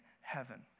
heaven